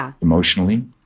emotionally